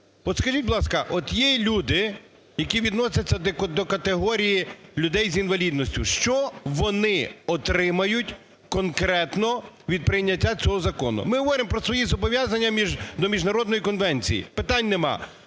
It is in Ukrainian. скажіть, будь ласка, от є люди, які відносяться до категорії людей з інвалідністю, що вони отримають конкретно від прийняття цього закону? Ми говоримо про свої зобов'язання до Міжнародної конвенції. Питань немає.